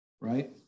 right